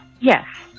Yes